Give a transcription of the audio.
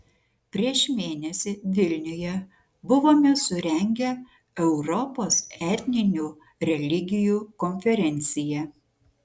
prieš mėnesį vilniuje buvome surengę europos etninių religijų konferenciją